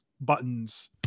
buttons